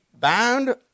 bound